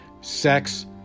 sex